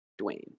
Dwayne